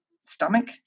stomach